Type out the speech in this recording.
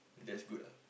that's good ah